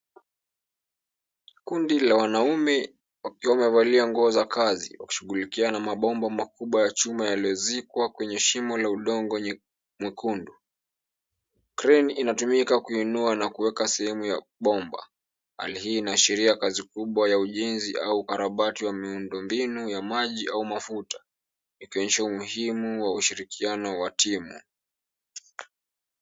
Kundi la wanaume wakiwa wamevalia nguo za kazi wakishughulikia na mabomba makubwa ya chuma yaliyozikwa kwenye shimo la udongo mwekundu. Crane inatumika kuinua na kuweka sehemu ya bomba. Hali hii inaashiria kazi kubwa ya ujenzi au ukarabati wa miundo mbingu ya maji au mafuta, ikionyesha umuhimu wa ushirikiano wa timu.